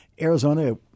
Arizona